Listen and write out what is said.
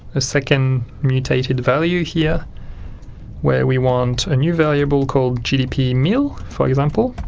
a second mutated value here where we want a new variable called gdpmil for example,